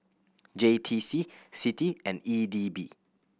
J T C CITI and E D B